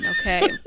Okay